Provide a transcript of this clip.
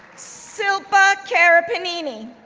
silpa karipineni,